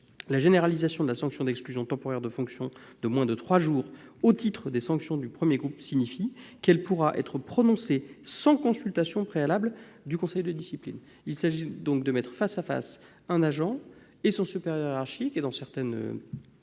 La généralisation de la sanction d'exclusion temporaire de fonctions de moins de trois jours au titre des sanctions du premier groupe signifie que cette sanction pourra être prononcée sans consultation préalable du conseil de discipline. Il s'agit donc de mettre face à face un agent et son supérieur hiérarchique. Or, dans certaines